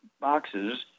boxes